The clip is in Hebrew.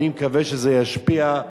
אני מקווה שזה ישפיע,